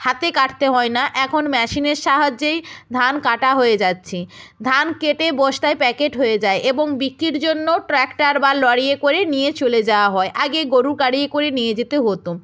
হাতে কাটতে হয় না এখন মেশিনের সাহায্যেই ধান কাটা হয়ে যাচ্ছে ধান কেটে বস্তায় প্যাকেট হয়ে যায় এবং বিক্রির জন্য ট্র্যাকটার বা লরিতে করে নিয়ে চলে যাওয়া হয় আগে গোরু গাড়ি করে নিয়ে যেতে হতো